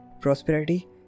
Prosperity